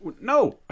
No